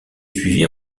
suivi